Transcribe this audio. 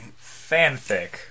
Fanfic